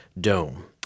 dome